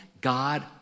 God